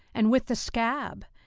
and with the scab,